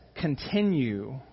continue